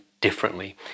differently